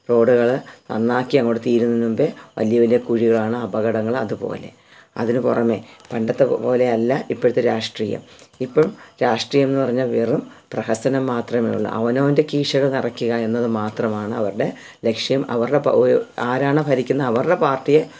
റോഡ്കള് നന്നാക്കിയങ്ങോട്ട് തീരും മുൻപേ വലിയ വലിയ കുഴികളാണ് അപകടങ്ങളതു പോലെ അതിനു പുറമേ പണ്ടത്തെപ്പോലെയല്ല ഇപ്പോഴത്തെ രാഷ്ട്രീയം ഇപ്പം രാഷ്ട്രീയമെന്നു പറഞ്ഞാൽ വെറും പ്രഹസനം മാത്രമേയുള്ളൂ അവനവൻ്റെ കീശകൾ നിറയ്ക്കുക എന്നത് മാത്രമാണ് അവരുടെ ലക്ഷ്യം അവരുടെ പ ആരാണ് ഭരിക്കുന്നത് അവരുടെ പാർട്ടിയെ